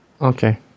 Okay